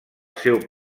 seu